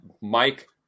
Mike